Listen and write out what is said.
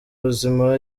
ubuzima